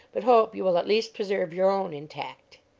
but hope you will at least preserve your own intact.